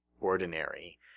ordinary